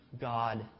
God